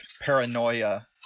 paranoia